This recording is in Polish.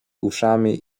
uszami